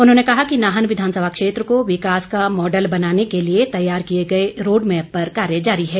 उन्होंने कहा कि नाहन विधानसभा क्षेत्र को विकास का मॉडल बनाने के लिए तैयार किए गए रोडमैप पर कार्य जारी है